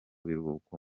biruhuko